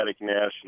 national